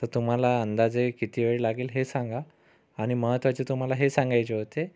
तर तुम्हाला अंदाजे किती वेळ लागेल हे सांगा आणि महत्त्वाचे तुम्हाला हे सांगायचे होते